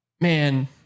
man